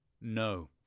No